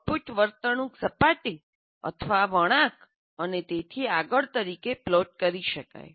output વર્તણૂક સપાટી અથવા વળાંક અને તેથી આગળ તરીકે પ્લોટ કરી શકાય